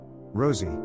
Rosie